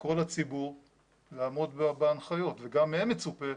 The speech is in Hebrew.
לקרוא לציבור לעמוד בהנחיות, גם מהם מצופה